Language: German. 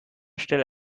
stelle